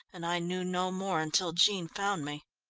and i knew no more until jean found me.